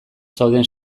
zauden